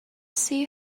see